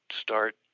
start